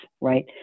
right